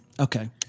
Okay